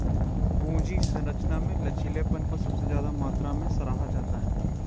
पूंजी संरचना में लचीलेपन को सबसे ज्यादा मात्रा में सराहा जाता है